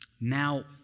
now